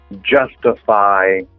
justify